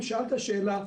גם שאלת שאלה,